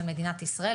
של מדינת ישראל,